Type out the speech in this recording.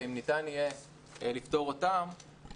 ואם ניתן יהיה לפתור אותן,